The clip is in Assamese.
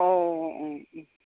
অঁ অঁ